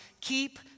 keep